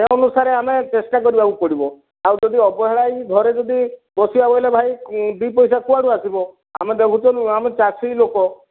ସେ ଅନୁସାରେ ଆମେ ଚେଷ୍ଟା କରିବାକୁ ପଡ଼ିବ ଆଉ ଯଦି ଅବହେଳା ହେଇକି ଘରେ ଯଦି ବସିବା ବୋଇଲେ ଭାଇ ଦୁଇ ପଇସା କୁଆଡ଼ୁ ଆସିବ ଆମେ ଦେଖୁଛ ଆମେ ଚାଷି ଲୋକ